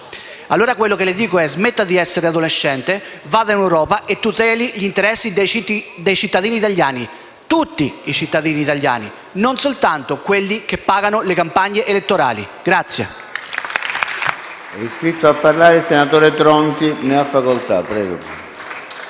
dico, allora: smetta di essere adolescente, vada in Europa e tuteli gli interessi dei cittadini italiani, di tutti i cittadini italiani, non soltanto di quelli che pagano le campagne elettorali.